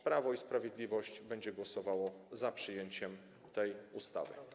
Prawo i Sprawiedliwość będzie głosowało za przyjęciem tej ustawy.